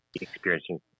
experiencing